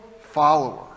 follower